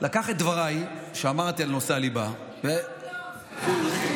לקח את דבריי שאמרתי על נושא הליבה עיתון אחר.